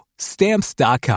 Stamps.com